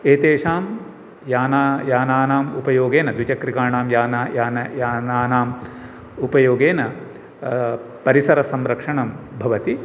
एतेषां याना यानानां उपयोगेने द्विकक्रिकाणां यान यान यानानां उपयोगेन परिसरसंरक्षणं भवति